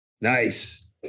Nice